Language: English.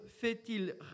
fait-il